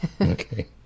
Okay